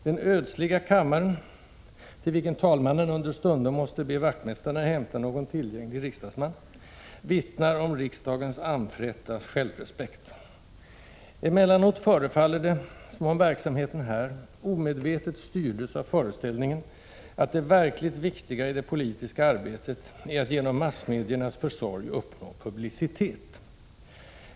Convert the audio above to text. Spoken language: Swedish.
Den ödsliga kammaren, till vilken talmannen understundom måste be vaktmästarna hämta någon tillgänglig riksdagsman, vittnar om riksdagens anfrätta självrespekt. Emellanåt förefaller det som om verksamheten här omedvetet styrdes av föreställningen att det verkligt viktiga i det politiska arbetet är att genom massmediernas försorg uppnå publicitet.